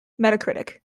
metacritic